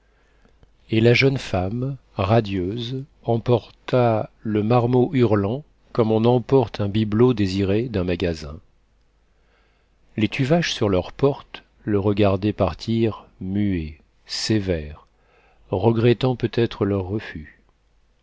et la jeune femme radieuse emporta le marmot hurlant comme on emporte un bibelot désiré d'un magasin les tuvache sur leur porte le regardaient partir muets sévères regrettant peut-être leur refus